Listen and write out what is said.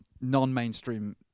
non-mainstream